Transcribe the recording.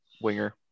winger